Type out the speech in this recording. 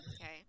Okay